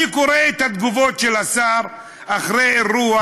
אני קורא את התגובות של השר אחרי אירוע